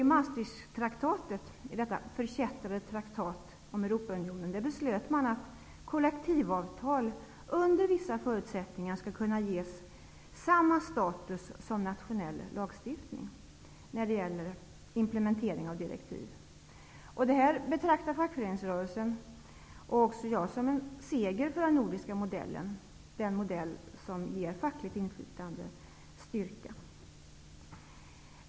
I Maastrichttraktatet -- i detta förkättrade traktat om Europaunion -- beslöt man att kollektivavtal under vissa förutsättningar skall kunna ges samma status som nationell lagstiftning när det gäller implementering av direktiv. Det här betraktas av fackföreningsrörelsen, och även av mig, som en stor seger för den nordiska modellen. Det är den modell som ger fackligt inflytande och styrka.